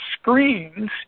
screens